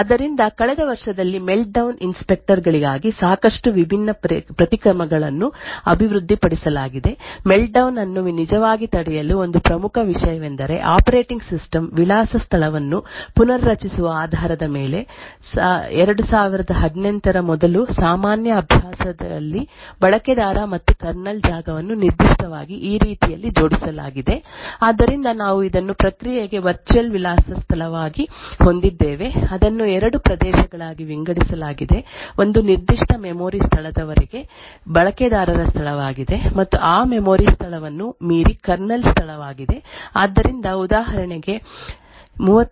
ಆದ್ದರಿಂದ ಕಳೆದ ವರ್ಷದಲ್ಲಿ ಮೆಲ್ಟ್ಡೌನ್ ಇನ್ಸ್ಪೆಕ್ಟರ್ ಗಳಿಗಾಗಿ ಸಾಕಷ್ಟು ವಿಭಿನ್ನ ಪ್ರತಿಕ್ರಮಗಳನ್ನು ಅಭಿವೃದ್ಧಿಪಡಿಸಲಾಗಿದೆ ಮೆಲ್ಟ್ಡೌನ್ ಅನ್ನು ನಿಜವಾಗಿ ತಡೆಯಲು ಒಂದು ಪ್ರಮುಖ ವಿಷಯವೆಂದರೆ ಆಪರೇಟಿಂಗ್ ಸಿಸ್ಟಂ ವಿಳಾಸ ಸ್ಥಳವನ್ನು ಪುನರ್ರಚಿಸುವ ಆಧಾರದ ಮೇಲೆ 2018 ರ ಮೊದಲು ಸಾಮಾನ್ಯ ಅಭ್ಯಾಸದಲ್ಲಿ ಬಳಕೆದಾರ ಮತ್ತು ಕರ್ನಲ್ ಜಾಗವನ್ನು ನಿರ್ದಿಷ್ಟವಾಗಿ ಈ ರೀತಿಯಲ್ಲಿ ಜೋಡಿಸಲಾಗಿದೆ ಆದ್ದರಿಂದ ನಾವು ಇದನ್ನು ಪ್ರಕ್ರಿಯೆಗೆ ವರ್ಚುಯಲ್ ವಿಳಾಸ ಸ್ಥಳವಾಗಿ ಹೊಂದಿದ್ದೇವೆ ಅದನ್ನು ಎರಡು ಪ್ರದೇಶಗಳಾಗಿ ವಿಂಗಡಿಸಲಾಗಿದೆ ಒಂದು ನಿರ್ದಿಷ್ಟ ಮೆಮೊರಿ ಸ್ಥಳದವರೆಗೆ ಬಳಕೆದಾರರ ಸ್ಥಳವಾಗಿದೆ ಮತ್ತು ಆ ಮೆಮೊರಿ ಸ್ಥಳವನ್ನು ಮೀರಿ ಕರ್ನಲ್ ಸ್ಥಳವಾಗಿದೆ ಆದ್ದರಿಂದ ಉದಾಹರಣೆಗೆ ರಲ್ಲಿ 32 ಬಿಟ್ ಲಿನಕ್ಸ್ ಸಿಸ್ಟಮ್ ಈ ಸೀರೊ X C ಸ್ಥಳದಲ್ಲಿತ್ತು ನಂತರ ಏಳು ಸೊನ್ನೆಗಳು ಈ ಸ್ಥಳದ ಕೆಳಗೆ ಬಳಕೆದಾರರ ಸ್ಥಳವಾಗಿತ್ತು ಮತ್ತು ಈ ಸ್ಥಳದ ಮೇಲೆ ಕರ್ನಲ್ ಸ್ಪೇಸ್ ಇತ್ತು